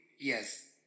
Yes